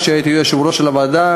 כשהייתי יושב-ראש הוועדה,